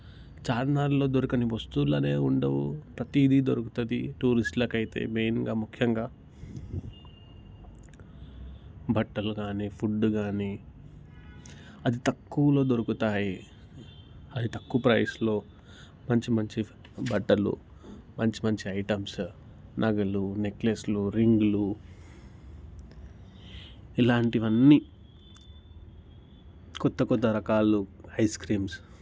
చార్మినార్లో దొరకని వస్తువులు అనేవి ఉండవు ప్రతిది దొరుకుతుంది టూరిస్టులకి అయితే మెయిన్గా ముఖ్యంగా బట్టలు కానీ ఫుడ్ కానీ అతి తక్కువలో దొరుకుతాయి అతి తక్కువ ప్రైస్లో మంచి మంచి బట్టలు మంచి మంచి ఐటమ్స్ నగలు నెక్లెస్లు రింగులు ఇలాంటివన్నీ కొత్తకొత్త రకాలు ఐస్ క్రీమ్స్